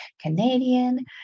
canadian